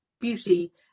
beauty